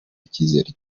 icyizere